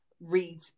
read